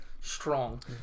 Strong